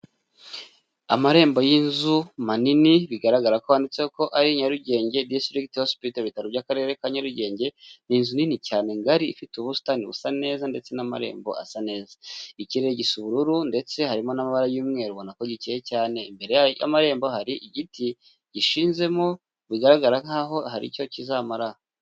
Amarembo y'inzu manini bigaragara ko handitseho ko ari Nyarugenge District Hospital, ibitaro by'Akarere ka Nyarugenge, ni inzu nini cyane ngari ifite ubusitani busa neza ndetse n'amarembo asa neza. Ikirere gisa ubururu ndetse harimo n'amabara y'umweru ubona ko gikeye cyane. Imbere y'amarembo hari igiti gishinzemo bigaragara nkaho hari icyo kizamara.